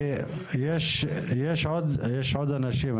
כי יש עוד אנשים.